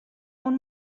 اون